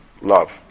love